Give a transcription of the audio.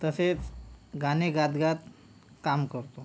तसेच गाणे गात गात काम करतो